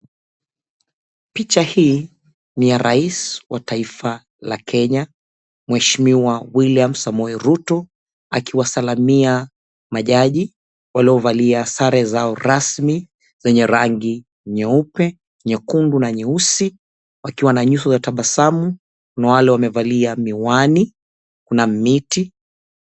Picha hili ni ya Rais wa taifa la Kenya mweshimiwa William Samoei Ruto akiwasalimia majani waliovalia sare zao rasmi zenye rangi nyeupe, nyekundu na nyeusi wakiwa na nyuso ya tabasamu. Kuna wale wamevalia miwani. Kuna miti.